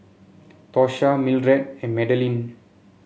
Tosha Mildred and Madalynn